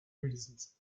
reasons